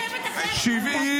תני לי קריאות, אני אצא.